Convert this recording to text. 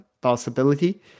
possibility